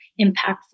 impactful